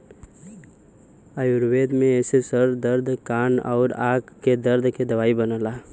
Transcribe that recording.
आयुर्वेद में एसे सर दर्द कान आउर आंख के दर्द के दवाई बनला